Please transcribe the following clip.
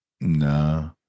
no